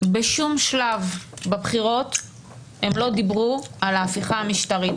בשום שלב בבחירות הם לא דיברו על ההפיכה המשטרית,